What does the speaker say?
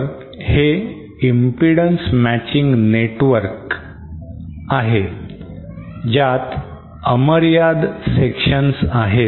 Taper हे impedance matching network आहे ज्यात अमर्याद सेक्शन्स आहेत